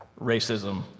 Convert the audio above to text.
racism